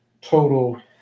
total